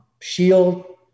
shield